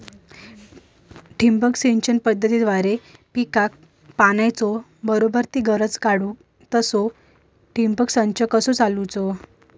ठिबक सिंचन पद्धतीद्वारे पिकाक पाण्याचा बराबर ती गरज काडूक तसा ठिबक संच कसा चालवुचा?